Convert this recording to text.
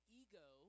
ego